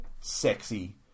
sexy